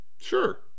Sure